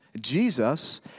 Jesus